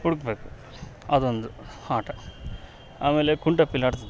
ಹುಡ್ಕ್ಬೇಕು ಅದೊಂದು ಆಟ ಆಮೇಲೆ ಕುಂಟಪಿಲ್ಲೆ ಆಡ್ತಿದ್ವಿ